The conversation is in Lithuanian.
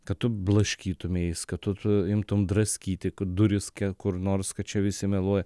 kad tu blaškytumeis kad tu tu imtum draskyti duris kur nors kad čia visi meluoja